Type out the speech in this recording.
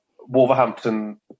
Wolverhampton